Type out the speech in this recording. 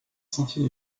sentier